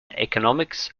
economics